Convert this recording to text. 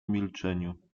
milczeniu